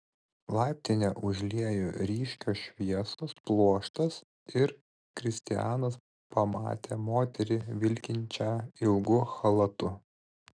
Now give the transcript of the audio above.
laiptinę užliejo ryškios šviesos pluoštas ir kristianas pamatė moterį vilkinčią ilgu chalatu